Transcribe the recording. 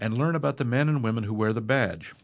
and learn about the men and women who wear the badge